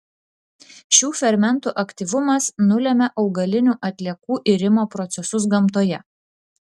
šių fermentų aktyvumas nulemia augalinių atliekų irimo procesus gamtoje